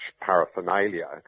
paraphernalia